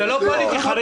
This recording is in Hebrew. לא, לא, זה לא פוליטי.